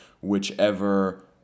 whichever